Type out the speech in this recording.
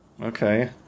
Okay